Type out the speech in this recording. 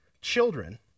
Children